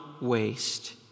waste